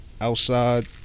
Outside